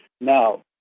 Now